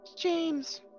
james